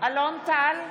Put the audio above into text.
אלון טל,